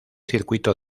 circuito